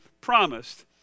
promised